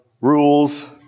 rules